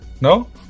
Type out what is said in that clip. no